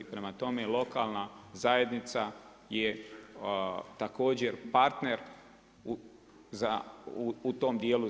Prema tome, lokalna zajednica je također partner u tom dijelu.